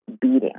beating